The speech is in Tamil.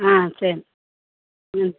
ஆ சரி ம்